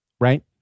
Right